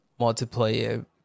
multiplayer